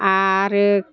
आरो